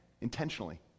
intentionally